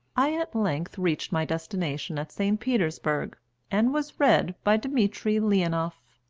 i at length reached my destination at st. petersburg and was read by dmitry leonoff.